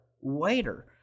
waiter